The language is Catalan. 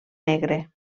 negre